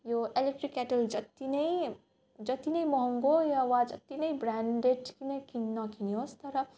यो electric kettle जति नै जति नै मँहगो वा जति नै ब्रान्डेड नै किन नकिनोस् तर